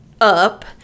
up